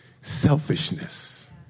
selfishness